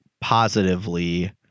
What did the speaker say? positively